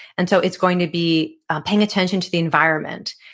and so it's going to be paying attention to the environment.